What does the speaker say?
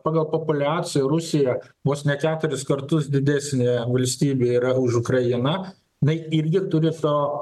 pagal populiaciją rusija vos ne keturis kartus didesnė valstybė yra už ukrainą jinai irgi turi to